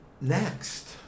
next